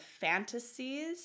fantasies